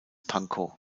pankow